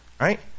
right